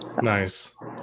Nice